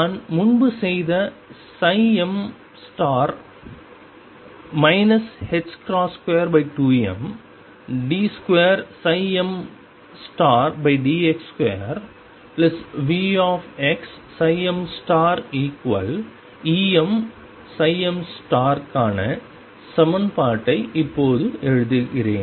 நான் முன்பு செய்த m 22md2mdx2VxmEmm க்கான சமன்பாட்டை இப்போது எழுதுகிறேன்